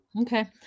Okay